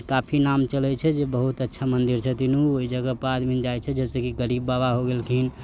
काफी नाम चले छै जे बहुत अच्छा मन्दिर छै उ ओइ जगहपर आदमी जाइ छै जैसेकि गरीब बाबा हो गेलखिन